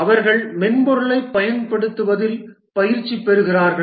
அவர்கள் மென்பொருளைப் பயன்படுத்துவதில் பயிற்சி பெறுகிறார்கள்